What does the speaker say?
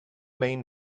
main